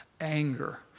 Anger